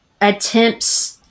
attempts